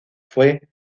fue